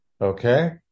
Okay